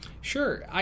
Sure